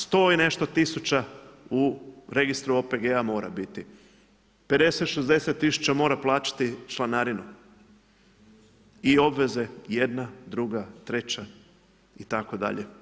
100 i nešto tisuća u registru OPG-a mora biti, 50, 60 tisuća mora plaćati članarinu i obveze jedna, druga, treća itd.